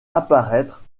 apparaître